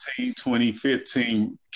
2015